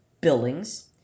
buildings